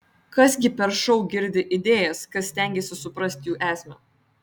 kas gi per šou girdi idėjas kas stengiasi suprasti jų esmę